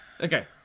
Okay